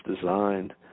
designed